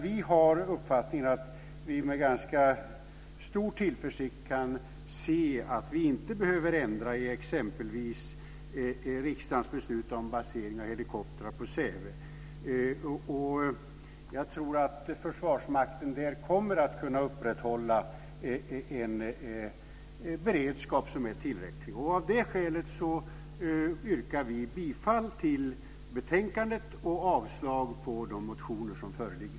Vi tycker oss dock med ganska stor tillförsikt kunna se att vi inte behöver ändra i exempelvis riksdagens beslut om basering av helikoptrar på Säve. Jag tror att Försvarsmakten där kommer att kunna upprätthålla en tillräcklig beredskap. Av det skälet yrkar vi bifall till utskottets förslag i betänkandet och avslag på de motioner som föreligger.